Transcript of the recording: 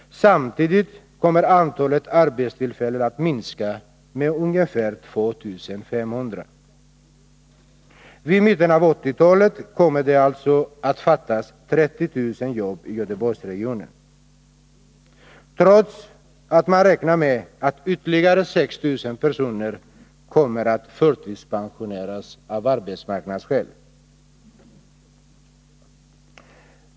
Samtidigt kommer antalet arbetstillfällen att minska med ungefär 2500. Vid mitten av 1980-talet kommer det alltså att fattas 30 000 jobb i Göteborgsregionen, trots att man räknar med att ytterligare 6 000 personer kommer att förtidspensioneras av arbetsmarknadsskäl.